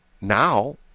now